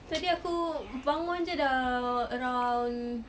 tadi aku bangun jer dah around